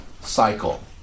cycle